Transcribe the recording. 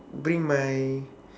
bring my